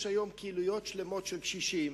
יש היום קהילות שלמות של קשישים